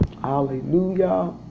Hallelujah